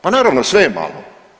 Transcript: Pa naravno, sve je malo.